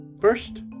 First